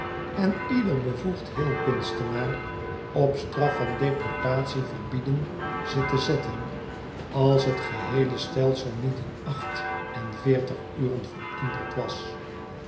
en ieder bevoegd heelkunstenaar op straf van deportatie verbieden ze te zetten als het geheele stelsel niet in acht en veertig uren veranderd was